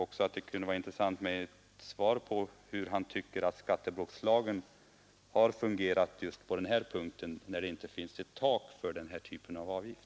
Det kunde också vara intressant med ett besked om hur han tycker att skattebrottslagen har fungerat just på den här punkten, när det inte finns ett tak för den typen av avgift.